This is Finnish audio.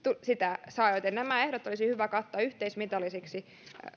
sitä saa joten nämä ehdot olisi hyvä katsoa yhteismitallisiksi